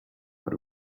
but